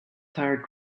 tired